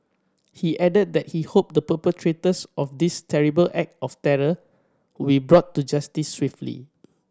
he added that he hoped the perpetrators of this terrible act of terror will brought to justice swiftly